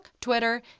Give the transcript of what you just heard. Twitter